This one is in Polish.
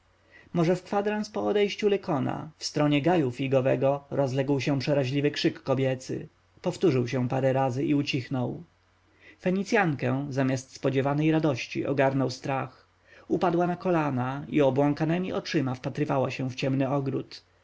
może w kwadrans po odejściu lykona w stronie gaju figowego rozległ się przeraźliwy krzyk kobiecy powtórzył się parę razy i ucichnął fenicjankę zamiast spodziewanej radości ogarnął strach upadła na kolana i obłąkanemi oczyma wpatrywała się w ciemny ogród